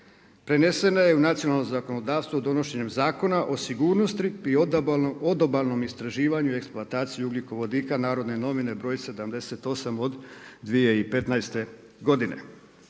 prenesena je u nacionalno zakonodavstvo donošenjem Zakona o sigurnosti od obalnom istraživanju i eksploataciji ugljikovodika NN br. 78/2015. godine.